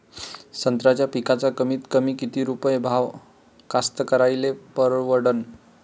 संत्र्याचा पिकाचा कमीतकमी किती रुपये भाव कास्तकाराइले परवडन?